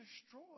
destroy